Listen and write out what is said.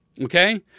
Okay